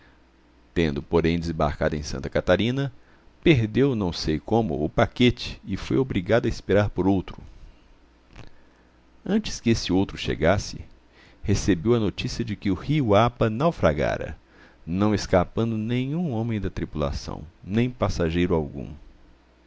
tendo porém desembarcado em santa catarina perdeu não sei como o paquete e foi obrigado a esperar por outro antes que esse outro chegasse recebeu a notícia de que o rio apa naufragara não escapando nenhum homem da tripulação nem passageiro algum